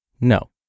No